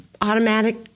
automatic